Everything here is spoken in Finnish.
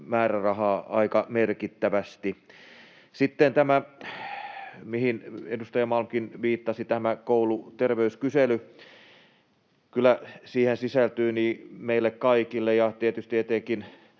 määrärahaa aika merkittävästi. Sitten tämä kouluterveyskysely, mihin edustaja Malmkin viittasi: Kyllä siihen sisältyy meille kaikille ja tietysti etenkin